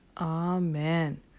Amen